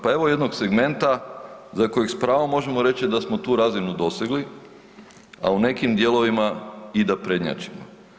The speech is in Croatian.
Pa evo jednog segmenta za kojeg s pravom možemo reći da smo tu razinu dosegli, a u nekim dijelovima i da prednjačimo.